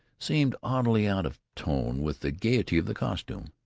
seemed oddly out of tone with the gaiety of the costume.